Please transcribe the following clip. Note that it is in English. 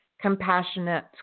compassionate